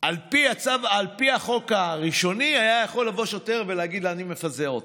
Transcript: על פי החוק הראשוני היה יכול לבוא שוטר ולהגיד: אני מפזר אתכם.